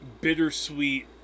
bittersweet